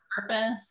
purpose